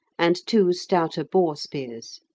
and two stouter boar spears.